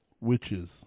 Witches